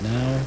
Now